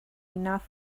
enough